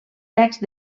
text